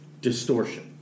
distortion